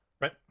Right